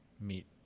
meet